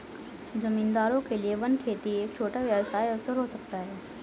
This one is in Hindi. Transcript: जमींदारों के लिए वन खेती एक छोटा व्यवसाय अवसर हो सकता है